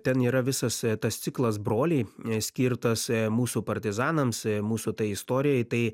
ten yra visas tas ciklas broliai skirtas mūsų partizanams mūsų istorijai tai